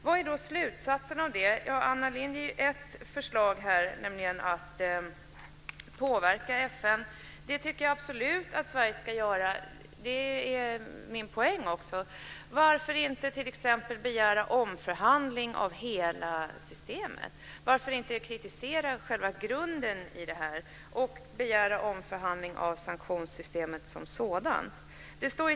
Vad är då slutsatsen av det? Anna Lindh ger ett förslag här, nämligen att vi ska påverka FN. Det tycker jag absolut att Sverige ska göra. Det är också min poäng. Varför inte t.ex. begära omförhandling av hela systemet? Varför inte kritisera själva grunden och begära omförhandling av sanktionssystemet som sådant.